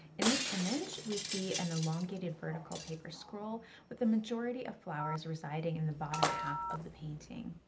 in this image, we see an elongated vertical paper scroll with the majority of flowers residing in the bottom half of the painting.